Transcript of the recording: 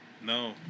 No